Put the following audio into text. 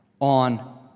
on